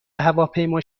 هواپیما